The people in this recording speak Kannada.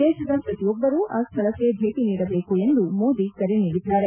ದೇಶದ ಪ್ರತಿಯೊಬ್ಬರೂ ಆ ಸ್ಥಳಕ್ಕೆ ಭೇಟಿ ನೀಡಬೇಕು ಎಂದು ಮೋದಿ ಕರೆ ನೀಡಿದ್ದಾರೆ